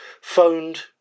phoned